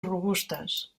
robustes